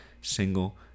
single